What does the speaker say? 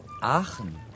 Aachen